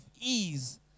ease